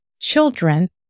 children